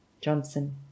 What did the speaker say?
johnson